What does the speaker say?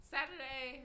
Saturday